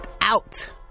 out